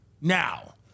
now